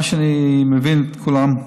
אני מבין את כולם,